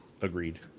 agreed